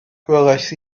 gwelais